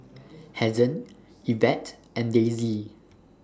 Hazen Evette and Daisy